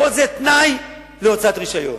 כל זה תנאי להוצאת רשיון.